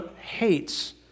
hates